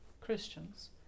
Christians